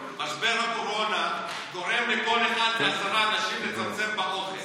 משבר הקורונה גורם לאחד מכל עשרה אנשים לצמצם באוכל.